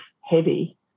heavy